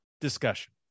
discussion